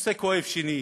ונושא כואב שני,